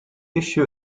issue